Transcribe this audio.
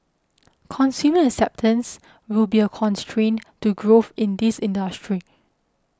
consumer acceptance will be a constraint to growth in this industry